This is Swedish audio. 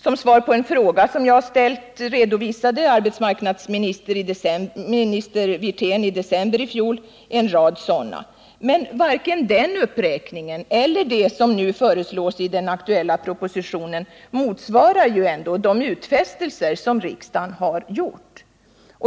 Som svar på en fråga jag ställt redovisade arbetsmarknadsminister Wirtén i december i fjol en rad sådana satsningar. Men varken de satsningarna eller det som nu föreslås i den aktuella propositionen motsvarar de utfästelser som riksdagen har gjort.